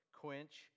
quench